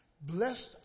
blessed